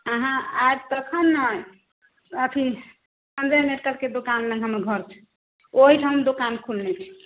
अहाँ आयब तखन ने अथी दोकानमे हमर घर छै ओहिठाम दोकान खोलने छियै